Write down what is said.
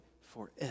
forever